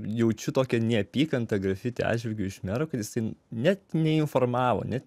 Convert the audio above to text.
jaučiu tokią neapykantą grafiti atžvilgiu iš mero kad jisai net neinformavo net